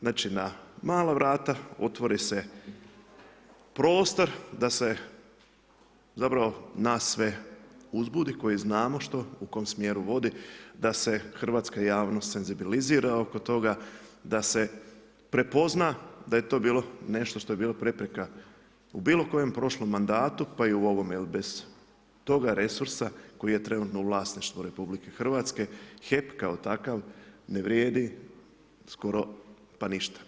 Znači, na mala vrata, otvori se prostor, da se zapravo, nas sve uzbudi koji znamo što, u kojem smjeru vodi, da se hrvatska javnost senzibilizira oko toga, da se prepozna da je to bilo nešto što je bila preprka u bilo kojem prošlom mandatu, pa i u ovom, jer bez toga resursa, koji je trenutno u vlasništvu RH, HEP kao takav ne vrijedi skoro pa ništa.